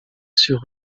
sur